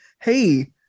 hey